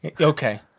Okay